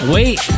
Wait